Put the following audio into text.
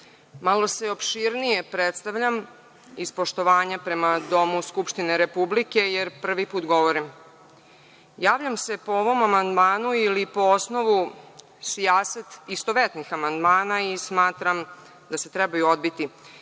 Malo se opširnije predstavljam iz poštovanja prema Domu Skupštine Republike jer prvi put govorim. Javljam se po ovom amandmanu ili po osnovu sijaset istovetnih amandmana i smatram da se trebaju odbiti.